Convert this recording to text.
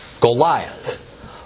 Goliath